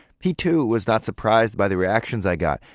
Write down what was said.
he, too, was not surprised by the reactions i got,